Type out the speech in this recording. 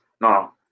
No